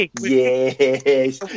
Yes